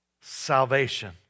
salvation